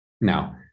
now